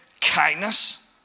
kindness